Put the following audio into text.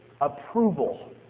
approval